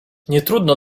nietrudno